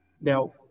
Now